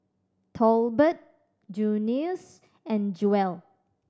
Tolbert Junius and Jewell